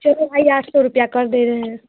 चलो भाई आठ सौ रुपया कर दे रहे हैं